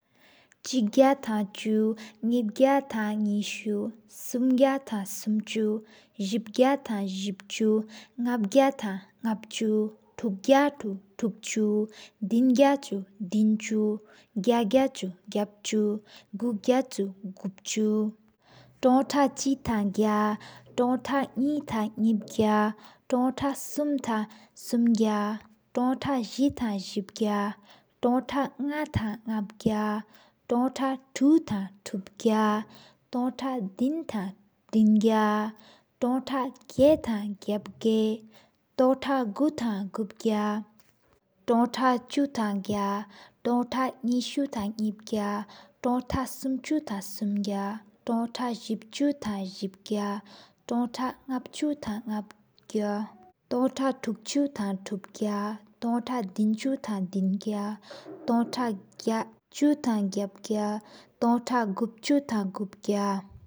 ཆེད་ཀ་བརྒྱ་ཐང་བཅུ་ནི་བརྒྱ་ཐང་ཉེ་ཟུ། སུམ་བརྒྱ་ཐང་སུམ་བཅུ། ཟེབ་བརྒྱ་ཐང་ཟེབ་བཅུ། ནག་ཐང་ནག་བཅུ། ཐུག་བརྒྱ་ཏང་ཐུག་བཅུ། ལྡན་བརྒྱ་དང་དིན་བཅུ། བརྒྱ་དགེ་ཐང་གེབ་བཅུ། གུ་བརྒྱ་ཐང་གུབ་བཅུ། ཐོང་ཐག་ཐང་བཅུ། ཐང་ཐག་ནེ་ཐང་ཉེ་ཟུ། ཐོང་ཐག་སུམ་ཐང་སུམ་བཅུ། ཐོང་ཐག་ཟེ་ཐང་ཟེབ་བཅུ། ཐོང་ཐག་ནག་ཐང་ནག་བཅུ། ཐོང་ཐག་ཐུག་ཏང་ཐུག་བཅུ། ཐུང་ཐག་ལྡན་ཏ་དིན་བཅུ། ཐུང་ཐག་བརྒྱ་ཏང་བརྒྱ་དགེ་བཅུ། ཐུང་ཐག་གུ་ཏང་གུབ་བཅུ།